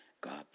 God